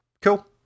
Cool